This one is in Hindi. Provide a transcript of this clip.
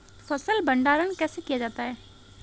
फ़सल भंडारण कैसे किया जाता है?